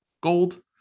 gold